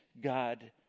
God